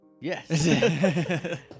Yes